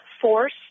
force